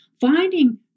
finding